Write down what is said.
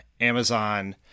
Amazon